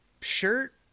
shirt